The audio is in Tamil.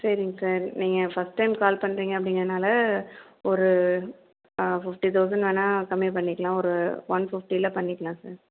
சரிங்க சார் நீங்கள் ஃபர்ஸ்ட் டைம் கால் பண்ணுறீங்க அப்படிங்கிறனால ஒரு ஃபிஃப்டி தௌசண்ட் வேணா கம்மி பண்ணிக்கலாம் ஒரு ஒன் ஃபிஃப்டியில் பண்ணிக்கலாம் சார்